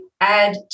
add